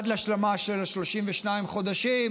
עד להשלמה של 32 החודשים,